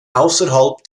außerhalb